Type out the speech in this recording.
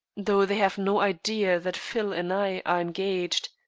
though they have no idea that phil and i are engaged.